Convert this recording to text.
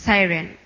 Siren